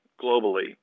globally